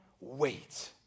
wait